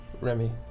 Remy